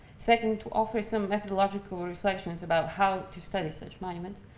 second, to offer some methodological reflections about how to study such monuments.